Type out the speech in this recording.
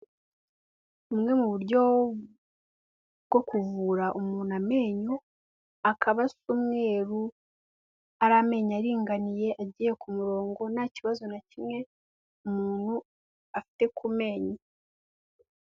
Bumwe mu buryo bwo kuvura umuntu amenyo, akaba asa umweru, ari amenyo aringaniye agiye ku murongo nta kibazo na kimwe umuntu afite ku menyo.